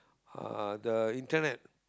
uh the internet